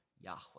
Yahweh